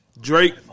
Drake